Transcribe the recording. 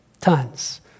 Tons